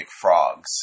frogs